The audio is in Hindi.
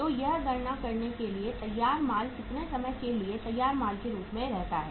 तो यह गणना करने के लिए कि तैयार माल कितने समय के लिए तैयार माल के रूप में रहता है